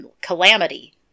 calamity